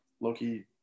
Loki